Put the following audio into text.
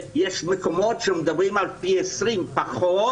ויש מקומות שמדברים על פי 20 פחות